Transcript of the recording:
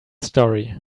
story